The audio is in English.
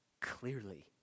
clearly